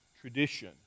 tradition